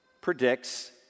predicts